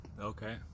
Okay